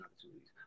opportunities